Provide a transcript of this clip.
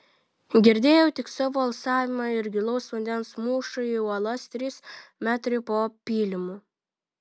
girdėjau tik savo alsavimą ir gilaus vandens mūšą į uolas trys metrai po pylimu